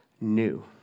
new